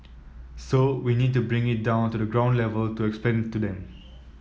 so we need to bring it down to the ground level to explain to them